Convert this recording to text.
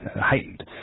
heightened